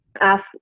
ask